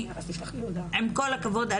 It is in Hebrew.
עם כל הכבוד,